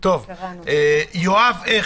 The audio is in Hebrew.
יואב הכט,